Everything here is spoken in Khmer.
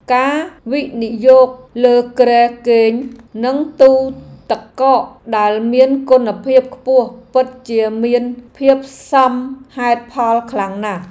ការវិនិយោគលើគ្រែគេងនិងទូទឹកកកដែលមានគុណភាពខ្ពស់ពិតជាមានភាពសមហេតុផលខ្លាំងណាស់។